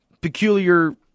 peculiar